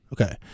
Okay